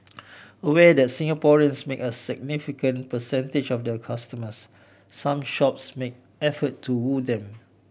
aware that Singaporeans make a significant percentage of their customers some shops make effort to woo them